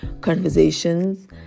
conversations